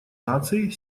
наций